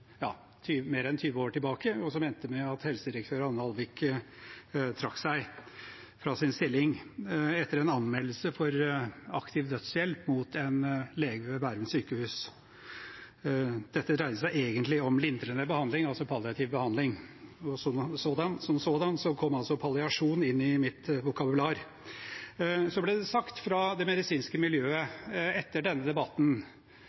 mer enn 20 år tilbake, og som endte med at helsedirektør Anne Alvik trakk seg fra sin stilling etter en anmeldelse for aktiv dødshjelp overfor en lege ved Bærum sykehus. Dette dreide seg egentlig om lindrende behandling, altså palliativ behandling. Slik kom «palliasjon» inn i mitt vokabular. Så ble det sagt fra det medisinske miljøet etter denne opprivende debatten